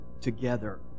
together